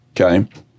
Okay